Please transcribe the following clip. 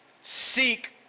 seek